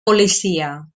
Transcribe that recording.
policia